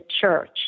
church